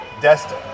Destin